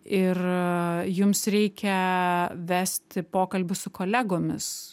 ir jums reikia vesti pokalbius su kolegomis